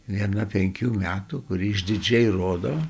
viena penkių metų kuri išdidžiai rodo